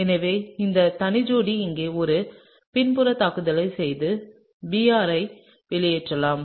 எனவே இந்த தனி ஜோடி இங்கே ஒரு பின்புற தாக்குதலைச் செய்து Br ஐ வெளியேற்றலாம்